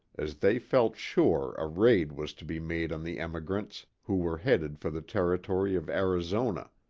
as they felt sure a raid was to be made on the emigrants, who were headed for the territory of arizona.